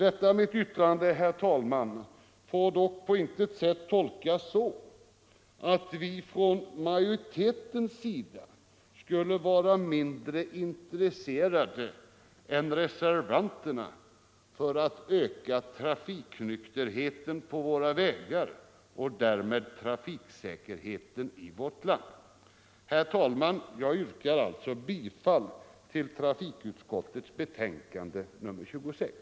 Detta mitt yttrande får dock inte, herr talman, tolkas så att vi från majoritetens sida skulle vara mindre intresserade än reservanterna av att öka trafiknykterheten på våra vägar och därmed trafiksäkerheten i vårt land. Herr talman! Jag yrkar bifall till utskottets hemställan i trafikutskottets förevarande betänkande nr 26.